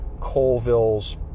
Colville's